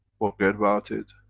forget about it,